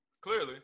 Clearly